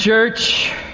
Church